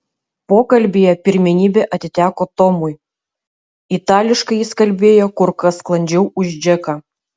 pokalbyje pirmenybė atiteko tomui itališkai jis kalbėjo kur kas sklandžiau už džeką